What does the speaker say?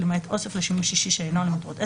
למעט אוסף לשימוש אישי שאינו למטרות עסק,